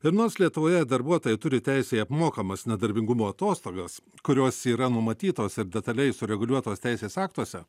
ir nors lietuvoje darbuotojai turi teisę į apmokamas nedarbingumo atostogas kurios yra numatytos ir detaliai sureguliuotos teisės aktuose